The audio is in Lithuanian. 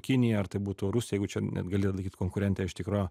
kinija ar tai būtų rusija jeigu čia net gali laikyt konkurente iš tikro